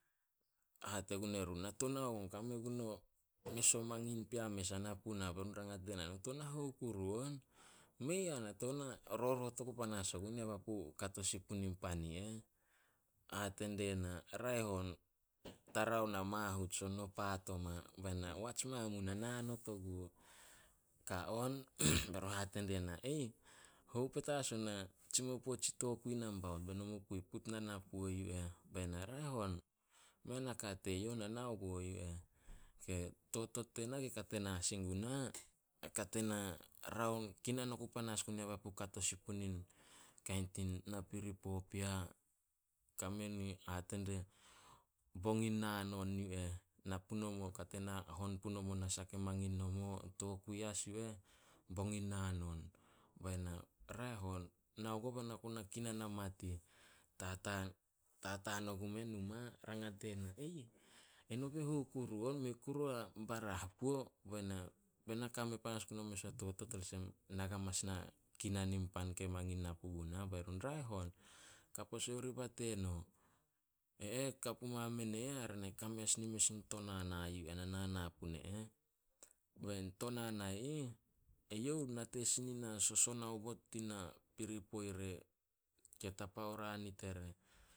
Hate gun erun, "Na tou nao gun, kame gun o mes o mangin pea mes ana puna." Be run rangat diena, "No tou na hou kuru on?" "Mei ah, na tou na roroot oku panas ogun ya papu kato sin punin pan i eh." Hate diena, "Raeh on, tara ona mahut son eno paat oma." Be na, "Wats mamu na nao not oguo." Ka on, be run hate diena, "Aih, hou petas on a tsimou puo tsi tokui nambaut? Be no mu kui put na, na puo yu eh." Bae na, "Raeh on, na nao guo yu eh." Totot tena ke kate na sin guna. Na kate na kinan oku panas gun ya papu kato sin punin kain tin napiripo pea, hate die bong in naan on yu eh. Na punomo kate na hon punomo nasah ke mangin nomo. Tokui as yu eh bong in naan on. Bae na, "Raeh on, nao guo be na ku na kinan hamat ih." Tataan ogumeh numa rangat diena, "Aih, eno be hou kuru on? Mei kuru a barah puo." Be na, "Be na kame panas gun o mes o totot, olsem na ga mas na kinan in pan ke mangin na puguna." Be run, "Raeh on, ka pose oriba tena." Ka puma men e eh, hare ne kame as nin mes in tonana nana pune eh. Bein tonana i ih, eyouh nate sin na soson aobot tina piripoi re, ke tapa oria nit ere.